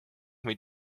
või